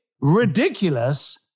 ridiculous